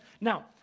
Now